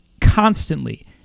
constantly